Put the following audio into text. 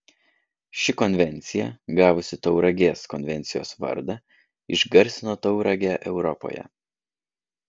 ši konvencija gavusi tauragės konvencijos vardą išgarsino tauragę europoje